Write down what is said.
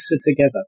together